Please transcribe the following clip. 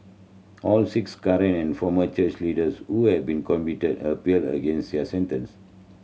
all six current and former church leaders who have been convicted appealed against their sentence